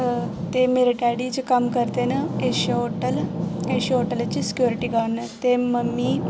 ते मेरे डैडी जी कम्म करदे न एशिया होटल एशिया होटल च सिक्योरिटी गार्ड न ते मम्मी